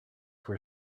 where